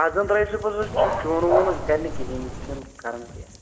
اَتھ زَن ترٛاووِ سُہ پَتہٕ سُہ چوٗنہٕ ووٗنہٕ یہِ کرِ نہٕ کِہیٖنٛۍ یہِ چھُنہٕ کران کیٚنٛہہ